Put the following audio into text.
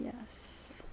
Yes